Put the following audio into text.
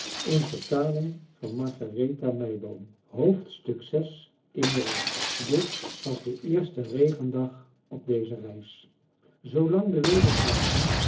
dit was de eerste regendag op deze reis zoo lang de wilde ganzen